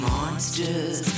Monsters